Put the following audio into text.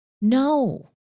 No